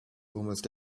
almost